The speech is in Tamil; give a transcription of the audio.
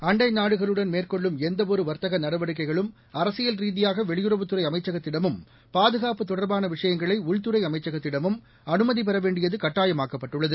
அண்டை நாடுகளுடன் மேற்கொள்ளும் எந்தவொரு வர்த்தக நடவடிக்கைகளும் அரசியல் ரீதியாக வெளியுறவுத்துறை அமைச்சகத்திடமும் பாதுகாப்பு தொடர்பான விஷயங்களை உள்துறை அமைச்சகத்திடமும் அனுமதி பெறவேண்டியது கட்டாயமாக்கப்பட்டுள்ளது